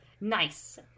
Nice